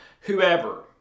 whoever